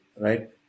right